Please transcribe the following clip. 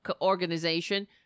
Organization